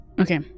Okay